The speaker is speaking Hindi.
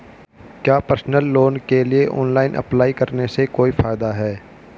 क्या पर्सनल लोन के लिए ऑनलाइन अप्लाई करने से कोई फायदा है?